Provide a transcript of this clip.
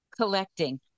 collecting